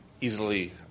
easily